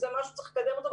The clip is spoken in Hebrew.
מישהו אמר שצריך לקדם אותו,